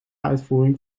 uitvoering